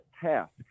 task